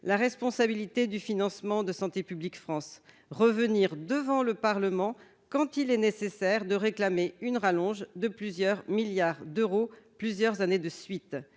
la responsabilité du financement de santé publique France revenir devant le Parlement, quand il est nécessaire de réclamer une rallonge de plusieurs milliards d'euros, plusieurs années de suite